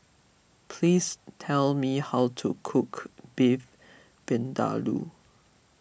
please tell me how to cook Beef Vindaloo